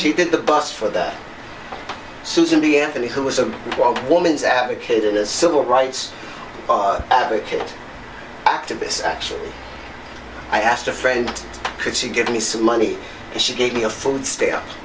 she did the bus for that susan b anthony who was a walk woman's advocate in a civil rights advocate activists actually i asked a friend could she give me some money and she gave me a food stamp